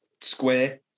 square